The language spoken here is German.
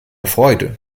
freude